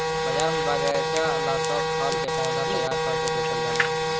बाजार में बगएचा ला सब खल के पौधा तैयार क के बेचल जाला